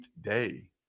day